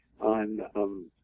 on